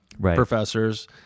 professors